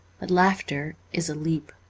but laughter is a leap.